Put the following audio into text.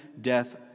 death